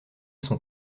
son